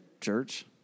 church